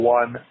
one